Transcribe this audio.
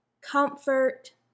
comfort